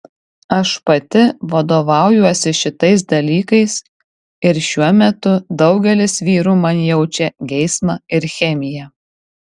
aš pati vadovaujuosi šitais dalykais ir šiuo metu daugelis vyrų man jaučia geismą ir chemiją